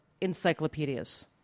encyclopedias